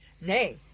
nay